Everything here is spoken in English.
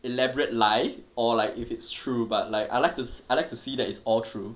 elaborate lie or like if it's true but like I like as I'd like to see that it's all true and I like I like to think of it as like